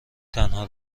تنها